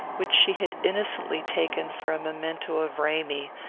which she had innocently taken for a memento of ramy,